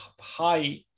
high